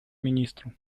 министру